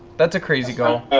that's a crazy goal.